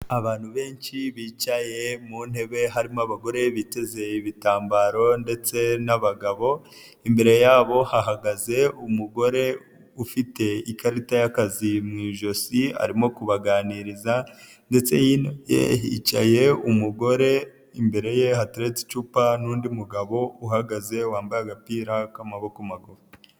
Abantu benshi bicaye mu ntebe, harimo abagore biteze ibitambaro ndetse n'abagabo. Imbere yabo hahagaze umugore ufite ikarita y'akazi mu ijosi arimo kubaganiriza ndetse yicaye umugore. Imbere ye hatereretse icupa n'undi mugabo uhagaze wambaye agapira k'amaboko maguru.